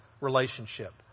relationship